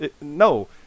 no